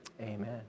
Amen